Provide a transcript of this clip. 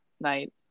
night